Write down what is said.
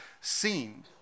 seen